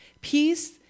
Peace